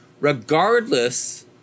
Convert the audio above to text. regardless